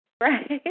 Right